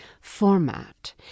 format